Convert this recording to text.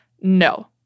no